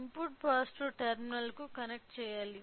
input positive టెర్మినల్కు connect చేయాలి